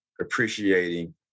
appreciating